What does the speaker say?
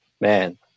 man